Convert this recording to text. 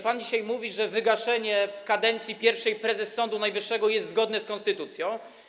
Pan dzisiaj mówi, że wygaszenie kadencji pierwszej prezes Sądu Najwyższego jest zgodne z konstytucją.